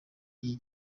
iyi